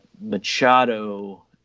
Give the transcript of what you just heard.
Machado